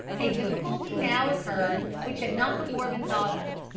a difficulty now occurred which had not before been thought of.